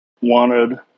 wanted